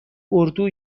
اردو